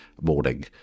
morning